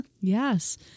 Yes